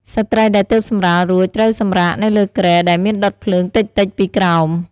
ស្ត្រីដែលទើបសម្រាលរួច ត្រូវសម្រាកនៅលើគ្រែដែលមានដុតភ្លើងតិចៗពីក្រោម។